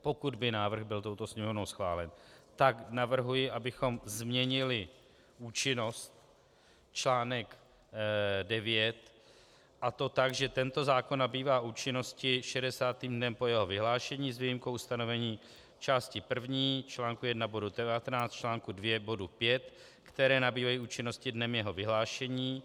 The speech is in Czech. Pokud by návrh byl touto Sněmovnou schválen, tak navrhuji, abychom změnili účinnost, článek 9, a to tak, že tento zákon nabývá účinnosti 60. dnem po jeho vyhlášení s výjimkou ustanovení části první článku 1 bodu 19, článku 2 bodu 5, které nabývají účinnosti dnem jeho vyhlášení.